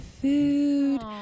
food